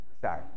sorry